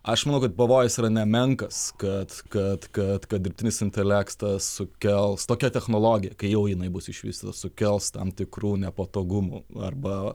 aš manau kad pavojus yra nemenkas kad kad kad kad dirbtinis intelektas sukels tokia technologija kai jau jinai bus išvystyta sukels tam tikrų nepatogumų arba